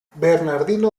bernardino